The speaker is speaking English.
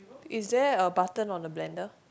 is there a button on the blender